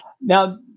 Now